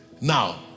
now